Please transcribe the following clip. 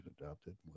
adopted